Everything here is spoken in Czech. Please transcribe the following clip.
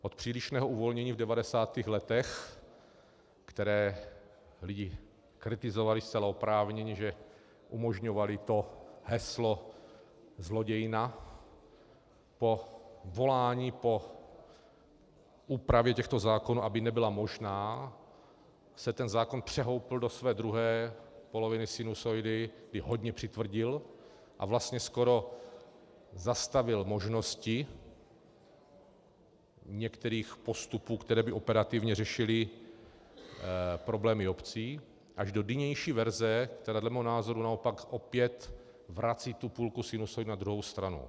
Od přílišného uvolnění v 90. letech, které lidé kritizovali zcela oprávněně, že umožňovaly to heslo zlodějina, volání po úpravě těchto zákonů, aby nebyla možná, se ten zákon přehoupl do své druhé poloviny sinusoidy, kdy hodně přitvrdil a vlastně skoro zastavil možnosti některých postupů, které by operativně řešily problémy obcí, až do nynější verze, která dle mého názoru naopak opět vrací tu půlku sinusoidy na druhou stranu.